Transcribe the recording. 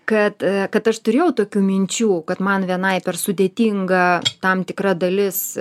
kad kad aš turėjau tokių minčių kad man vienai per sudėtinga tam tikra dalis